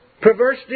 Perverse